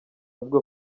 avuga